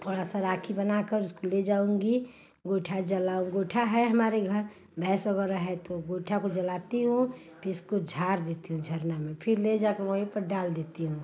थोड़ा सा राखी बना कर उसको ले जाऊँगी गोइठा जला गोइठा है हमारे घर भैंस वगैरह है तो गोएठा को जलाती हूँ फिर इसको झार देती हूँ झरना में फिर ले जाकर वहीं पर डाल देती हूँ